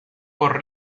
por